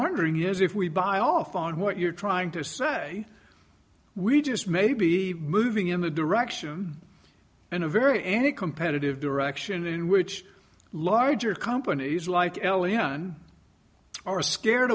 wondering is if we buy off on what you're trying to say we just may be moving in the direction in a very and competitive direction in which larger companies like eliane are scared